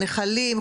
נחלים,